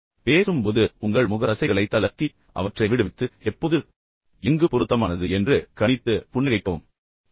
மேலும் பேசும்போது உங்கள் முக தசைகளை தளர்த்தி அவற்றை விடுவித்து எப்போது எங்கு பொருத்தமானது என்று கணித்து புன்னகைக்க முயற்சிக்கவும்